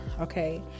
okay